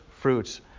fruits